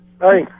Hi